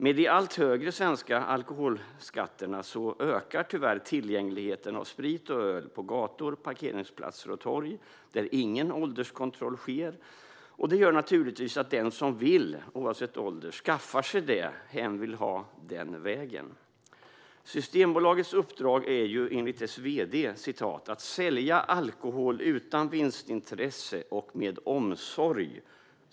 Med de allt högre svenska alkoholskatterna ökar tyvärr tillgängligheten av sprit och öl på gator, parkeringsplatser och torg där ingen ålderskontroll sker. Det gör naturligtvis att den som vill, oavsett ålder, skaffar sig det den vill ha den vägen. Systembolagets uppdrag är enligt dess vd att sälja alkohol utan vinstintresse och med omsorg.